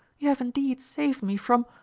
you have indeed saved me from.